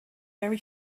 very